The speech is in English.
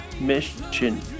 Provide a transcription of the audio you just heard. mission